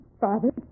Father